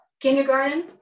Kindergarten